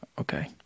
okay